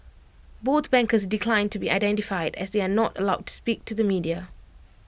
both bankers declined to be identified as they are not allowed to speak to the media